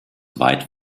weit